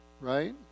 Right